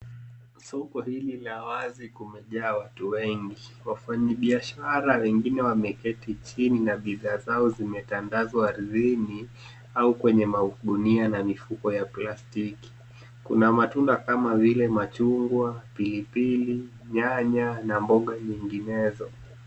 Soko hili la wazi kumejaa watu wengi. Wafanyibiashara wengine wameketi chini na bidhaa zao zimetandazwa ardhini au kwenye magunia na mifuko ya plastiki. Kuna matunda kama vile machungwa, pilipili, nyanya na mboga nyinginezo.